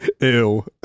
ew